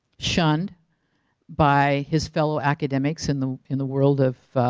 shunned by his fellow academics in the in the world of